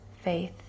faith